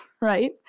right